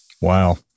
Wow